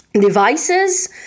devices